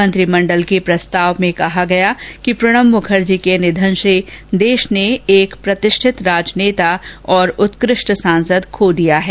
मंत्रिमंडल के प्रस्ताव में कहा गया कि प्रणब मुखर्जी के निधन से देश ने एक प्रतिष्ठित राजनेता और उत्कृष्ट सांसद खो दिया है